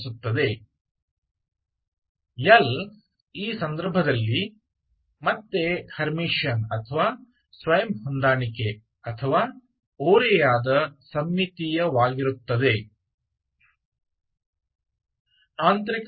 इस मामले में L फिर से हेयरमिशन या स्कयू सिमिट्रिक या सेल्फ एडज्वाइंट होगा